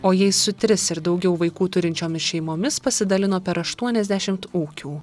o jais su tris ir daugiau vaikų turinčiomis šeimomis pasidalino per aštuoniasdešimt ūkių